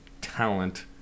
talent